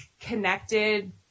connected